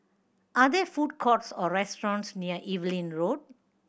are there food courts or restaurants near Evelyn Road